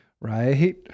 right